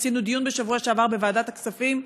עשינו דיון בשבוע שעבר בוועדת הכספים,